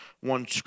one